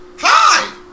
Hi